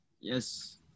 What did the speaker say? Yes